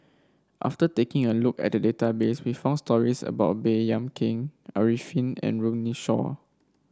after taking a look at the database we found stories about Baey Yam Keng Arifin and Runme Shaw